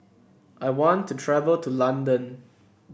I want to travel to London